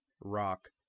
rock